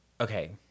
okay